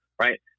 right